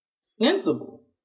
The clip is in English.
sensible